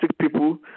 people